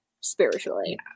spiritually